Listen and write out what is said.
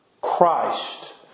Christ